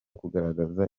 kugaragaza